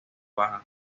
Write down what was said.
bajas